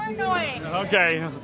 Okay